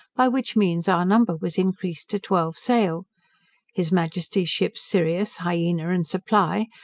by which means our number was increased to twelve sail his majesty's ships sirius, hyena, and supply,